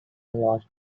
last